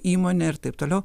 įmonė ir taip toliau